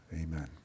Amen